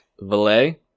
Valet